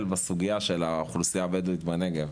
בסוגייה של האוכלוסייה הבדואית בנגב.